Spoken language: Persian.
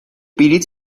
بلیط